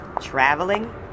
Traveling